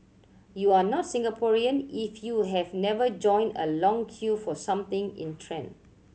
you are not Singaporean if you have never joined a long queue for something in trend